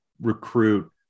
recruit